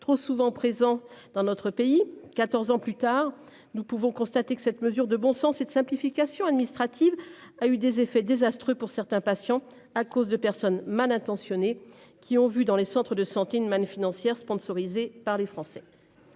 trop souvent présents dans notre pays. 14 ans plus tard, nous pouvons constater que cette mesure de bon sens et de simplification administrative a eu des effets désastreux pour certains patients à cause de personnes mal intentionnées qui ont vu dans les centres de santé, une manne financière sponsorisés par les Français.